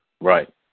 Right